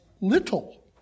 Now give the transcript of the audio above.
little